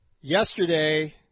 yesterday